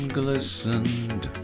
glistened